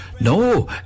no